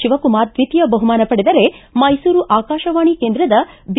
ಶಿವಕುಮಾರ ದ್ವಿತೀಯ ಬಹುಮಾನ ಪಡೆದರೆ ಮೈಸೂರು ಆಕಾಶವಾಣಿ ಕೇಂದ್ರದ ಬಿ